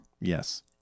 Yes